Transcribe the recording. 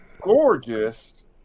gorgeous